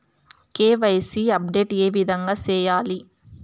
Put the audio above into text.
KYC update ఏ విధంగా సేయాలి?